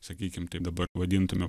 sakykim tai dabar vadintumėm